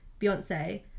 Beyonce